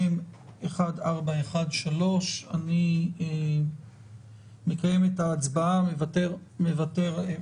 מ/1413 - הכנה לקריאה שנייה ושלישית במליאה.